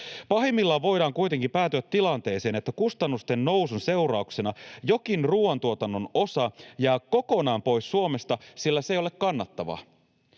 Pahimmillaan voidaan kuitenkin päätyä tilanteeseen, että kustannusten nousun seurauksena jokin ruoantuotannon osa jää kokonaan pois Suomesta, sillä se ei ole kannattavaa.